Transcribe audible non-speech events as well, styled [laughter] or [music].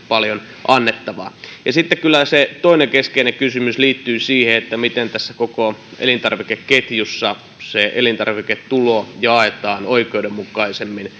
[unintelligible] paljon annettavaa sitten se toinen keskeinen kysymys liittyy siihen miten tässä koko elintarvikeketjussa se elintarviketulo jaetaan oikeudenmukaisemmin [unintelligible]